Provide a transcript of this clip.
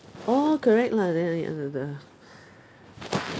oh correct lah then ya ya the